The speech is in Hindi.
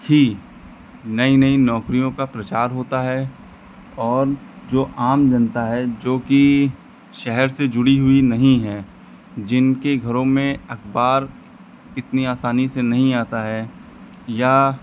ही नई नई नौकरियों का प्रचार होता है और जो आम जनता है जोकि शहर से जुड़ी हुई नहीं है जिनके घरों में अख़बार इतनी आसानी से नहीं आता है या